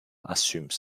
assumes